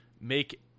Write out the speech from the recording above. make